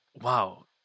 Wow